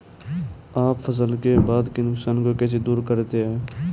आप फसल के बाद के नुकसान को कैसे दूर करते हैं?